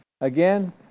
Again